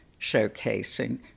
showcasing